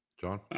John